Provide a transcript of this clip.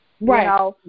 right